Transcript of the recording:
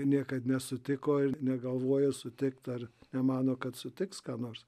niekad nesutiko ir negalvoja sutikti ar nemano kad sutiks ką nors